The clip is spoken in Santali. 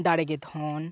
ᱫᱟᱲᱮ ᱜᱮ ᱫᱷᱚᱱ